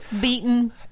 Beaten